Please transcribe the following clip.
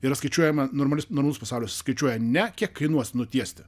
yra skaičiuojama normalius normalus pasaulis skaičiuoja ne kiek kainuos nutiesti